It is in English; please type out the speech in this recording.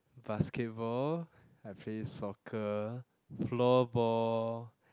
basketball I play soccer floorball